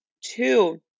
Two